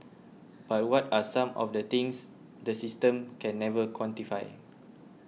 but what are some of the things the system can never quantify